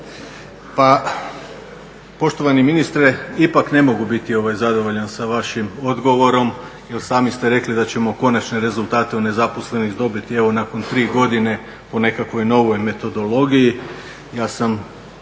Pa, poštovani ministre, ipak ne mogu biti zadovoljan sa vašim odgovorom jer sami ste rekli da ćemo konačne rezultate o nezaposlenim dobiti, evo nakon 3 godine po nekakvoj novoj metodologiji.